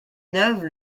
neuve